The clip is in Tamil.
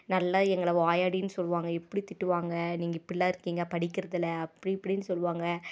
நல்லா எங்களை வாயடினு சொல்லுவாங்க எப்படி திட்டுவாங்க நீங்கள் இப்படிலாம் இருக்கிங்க படிக்கிறதுல்ல அப்படி இப்படினு சொல்லுவாங்க